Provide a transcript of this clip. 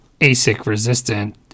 ASIC-resistant